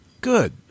good